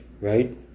right